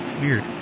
Weird